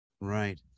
Right